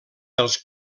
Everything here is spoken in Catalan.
dels